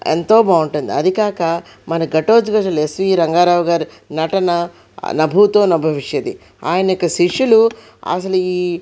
ఎంతో బాగుంటుంది అది కాక మన ఘటోత్కచుడు ఎస్వీ రంగారావు గారి నటన నభూతో నభవిషతి ఆయన యొక్క శిష్యులు అసలు ఈ